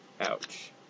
Ouch